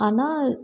ஆனால்